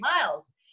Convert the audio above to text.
miles